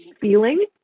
feeling